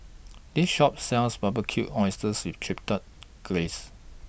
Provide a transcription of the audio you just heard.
This Shop sells Barbecued Oysters with Chipotle Glaze